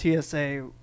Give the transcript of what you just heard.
TSA